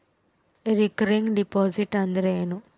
Recurring deposit ಅಂದರೇನು?